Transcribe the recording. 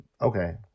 okay